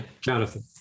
Jonathan